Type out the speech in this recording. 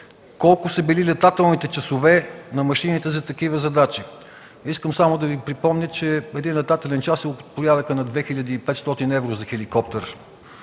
Колко са били летателните часове на машините за такива задачи? Искам само да Ви припомня, че един летателен час е от порядъка на 2500 евро за хеликоптер,